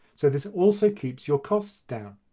so this also keeps your costs down.